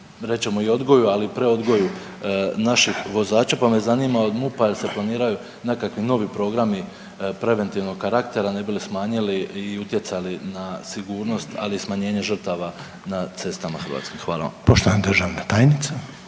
rečemo i odgoju ali i preodgoju naših vozača, pa me zanima jel se planiraju nekakvi novi programi preventivnog karaktera ne bi li smanjili i utjecali na sigurnost ali i smanjenje žrtava na cestama Hrvatske? Hvala